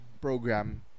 program